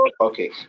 Okay